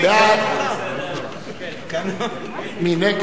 מי